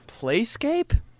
Playscape